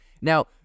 now